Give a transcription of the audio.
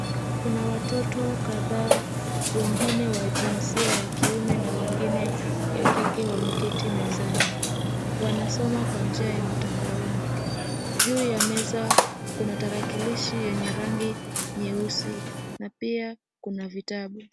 Kuna watoto kadhaa, wengine wa jinsia ya kiume na wengine wa kike wameketi mezani. Wanasoma kwa njia ya mtandaoni. Juu ya meza kuna tarakilishi yenye rangi nyeusi na pia kuna vitabu.